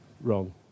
wrong